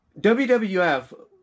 WWF